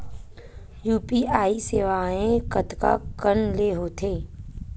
UPI सेवाएं कतका कान ले हो थे?